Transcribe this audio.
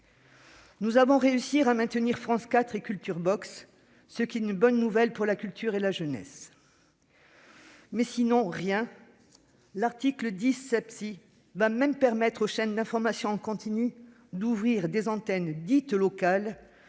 Nous avons réussi à maintenir France 4 et Culturebox, ce qui est une bonne nouvelle pour la culture et la jeunesse. Mais sinon, rien ! L'article 10 va même permettre aux chaînes d'information en continu d'ouvrir des antennes dites « locales